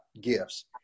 gifts